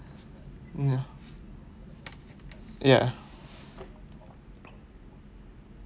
mm ya ya